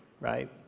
Right